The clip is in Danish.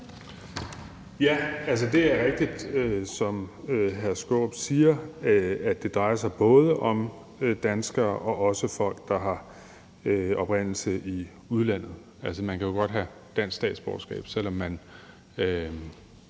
Bek): Det er rigtigt, som hr. Peter Skaarup siger, at det drejer sig om både danskere og folk, der har oprindelse i udlandet. Man kan jo godt have dansk statsborgerskab, selv om man